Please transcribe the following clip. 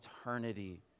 eternity